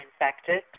infected